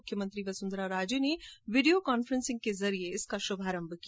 मुख्यमंत्री वसुंधरा राजे ने video conferencing के जरिये इसका शुभारंभ किया